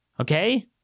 okay